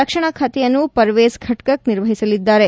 ರಕ್ಷಣಾ ಖಾತೆಯನ್ನು ಪರ್ವೇಜ್ ಖಠ್ಠಕ್ ನಿರ್ವಹಿಸಲಿದ್ದಾರೆ